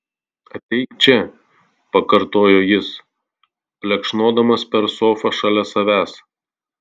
ateik čia pakartojo jis plekšnodamas per sofą šalia savęs